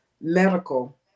medical